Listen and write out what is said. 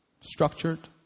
structured